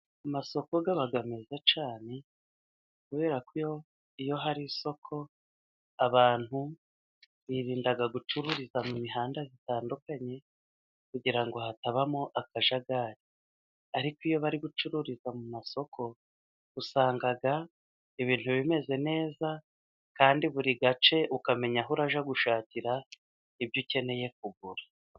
Amasoko aba meza cyane kubera ko iyo hari isoko abantu birinda gucururiza mu mihanda itandukanye kugira ngo hatabamo akajagari, ariko iyo bari gucururiza mu masoko usanga ibintu bimeze neza kandi buri gace ukamenya aho urajya gushakira ibyo ukeneye kugura.